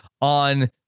on